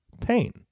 pain